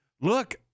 look